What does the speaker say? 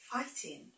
fighting